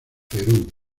perú